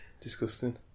disgusting